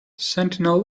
sentinel